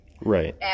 Right